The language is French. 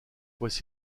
voici